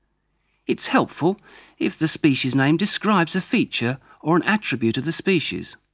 it's helpful if the species name describes a feature or an attribute of the species,